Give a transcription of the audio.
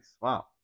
Wow